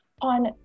on